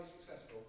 successful